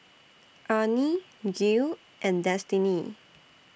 Arne Gil and Destiney